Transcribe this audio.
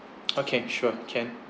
okay sure can